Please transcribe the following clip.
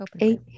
eight